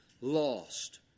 lost